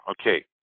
Okay